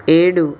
ఏడు